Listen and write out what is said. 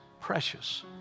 precious